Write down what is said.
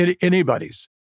anybody's